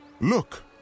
Look